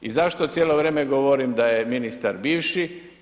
I zašto cijelo vrijem govorim da je ministar bivši?